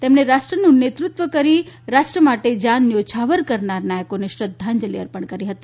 તેમણે રાષ્ટ્રનું નેતૃત્વ કરી રાષ્ટ્ર માટે જાન ન્યોછાવર કરનાર નાયકોને શ્રદ્ધાંજલિ અર્પણ કરી હતી